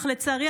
אך לצערי,